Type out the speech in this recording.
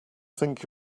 think